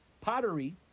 pottery